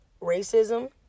racism